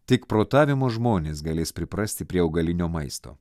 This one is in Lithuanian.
tik protavimo žmonės galės priprasti prie augalinio maisto